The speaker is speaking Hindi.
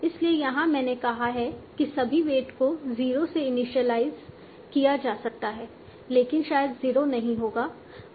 इसलिए यहां मैंने कहा है कि सभी वेट को 0 से इनिशियलाइज़ किया जा सकता है लेकिन शायद 0 नहीं होगा